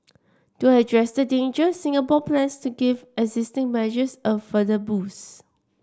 to address the danger Singapore plans to give existing measures a further boost